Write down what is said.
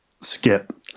Skip